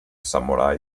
samurai